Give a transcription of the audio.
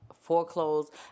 foreclosed